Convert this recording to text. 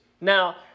Now